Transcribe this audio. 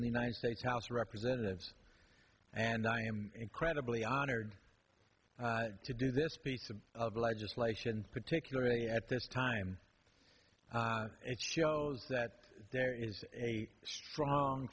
in the united states house of representatives and i am incredibly honored to do this piece of legislation particularly at this time it shows that there is strong